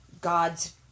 God's